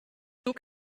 zug